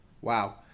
Wow